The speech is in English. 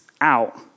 out